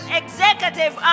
executive